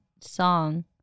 song